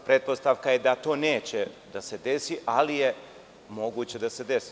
Pretpostavka je da to neće da se desi, ali je moguće i da se desi.